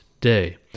day